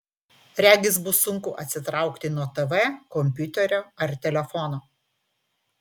regis bus sunku atsitraukti nuo tv kompiuterio ar telefono